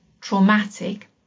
traumatic